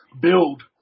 build